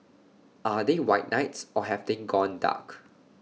are they white knights or have they gone dark